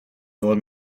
old